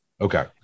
Okay